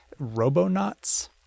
Robonauts